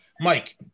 Mike